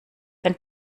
dann